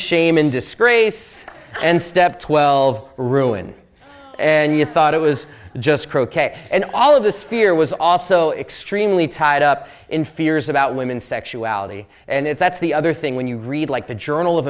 shame and disgrace and step twelve ruin and you thought it was just croquet and all of this fear was also extremely tied up in fears about women's sexuality and that's the other thing when you read like the journal of